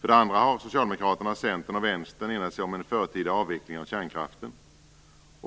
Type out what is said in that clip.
För det andra har Socialdemokraterna, Centern och Vänstern enat sig om en förtida avveckling av kärnkraften.